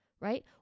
right